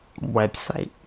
website